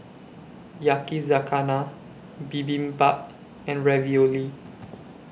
Yakizakana Bibimbap and Ravioli